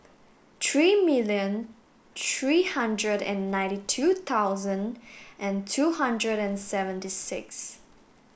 three million three hundred and ninety two thousand and two hundred and seventy six